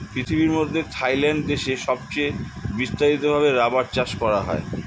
পৃথিবীর মধ্যে থাইল্যান্ড দেশে সবচে বিস্তারিত ভাবে রাবার চাষ করা হয়